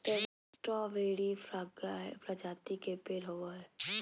strawberry फ्रगार्य प्रजाति के पेड़ होव हई